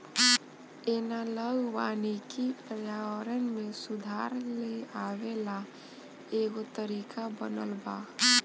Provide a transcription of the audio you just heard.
analogue वानिकी पर्यावरण में सुधार लेआवे ला एगो तरीका बनल बा